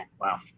Wow